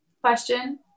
Question